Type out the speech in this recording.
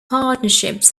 partnerships